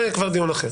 זה כבר דיון אחר.